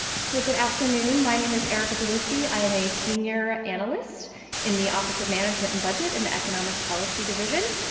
so good afternoon. my name is erica zielewski. i am a senior analyst in the office of management and budget in the economic policy division.